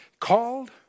called